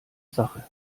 sache